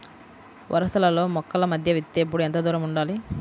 వరసలలో మొక్కల మధ్య విత్తేప్పుడు ఎంతదూరం ఉండాలి?